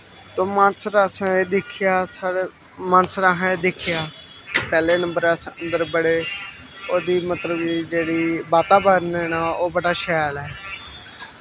तो मानसर असें एह् दिक्खेआ साढ़े मानसर असें दिक्खेआ पैह्ले नंबर अस अंदर बड़े ओह्दी मतलब कि जेह्ड़ी वातावरण ऐ ना ओह् बड़ा शैल ऐ